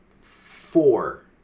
four